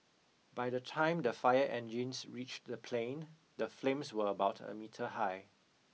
by the time the fire engines reached the plane the flames were about a metre high